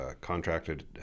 contracted